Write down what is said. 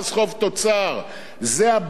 זה הבלוף הכי גדול שיש.